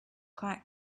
quite